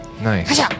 Nice